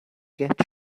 get